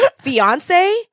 fiance